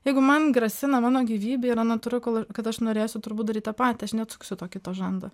jeigu man grasina mano gyvybei yra natūralu kor a kad aš norėsiu turbūt daryt tą patį aš neatsuksiu to kito žando